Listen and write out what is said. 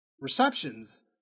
receptions